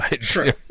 sure